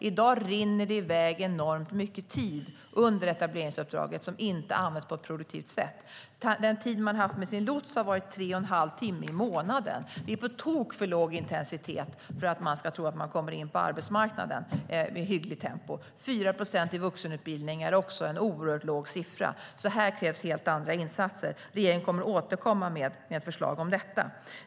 I dag rinner det iväg enormt mycket tid som inte används på ett produktivt sätt under etableringsuppdraget. Den tid man har haft med sin lots är tre och en halv timme i månaden, och det är en på tok för låg intensitet för att människor ska komma in på arbetsmarknaden i ett hyggligt tempo. 4 procent i vuxenutbildning är också en oerhört låg siffra, så här krävs helt andra insatser. Regeringen kommer att återkomma med förslag om detta.